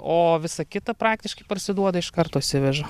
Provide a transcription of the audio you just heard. o visa kita praktiškai parsiduoda iš karto išsiveža